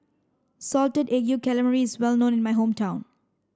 salted egg yolk calamari is well known in my hometown